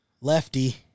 Lefty